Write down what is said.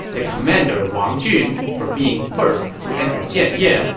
the commander wang jun, for being first to enter jianye,